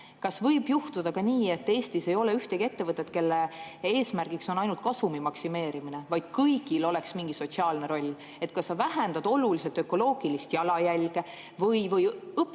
kas võib juhtuda ka nii, et Eestis ei ole ühtegi ettevõtet, kelle eesmärk oleks ainult kasumi maksimeerimine, vaid kõigil oleks mingi sotsiaalne roll? [Näiteks] kas sa vähendad oluliselt ökoloogilist jalajälge või toetad